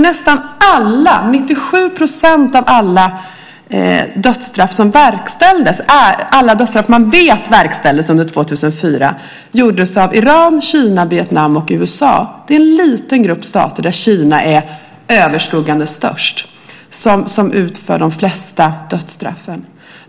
Nästan alla, 97 %, dödsstraff som man vet verkställdes under 2004 utfördes av Iran, Kina, Vietnam och USA. Det är en liten grupp stater, där Kina är överskuggande störst, som utför de flesta dödsstraffen.